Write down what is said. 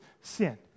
sin